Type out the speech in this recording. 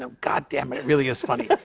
um god damn, it really is funny.